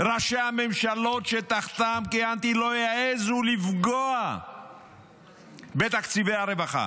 ראשי הממשלות שתחתן כיהנתי לא העזו לפגוע בתקציבי הרווחה.